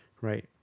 right